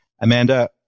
Amanda